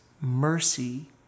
Mercy